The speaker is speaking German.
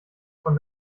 von